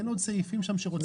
אין עוד סעיפים שרוצים להאריך?